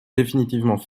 définitivement